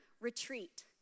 retreat